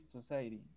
society